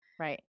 Right